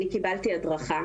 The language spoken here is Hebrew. קבלתי הדרכה,